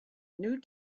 new